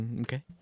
okay